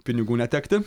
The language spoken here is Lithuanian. pinigų netekti